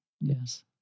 Yes